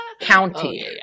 county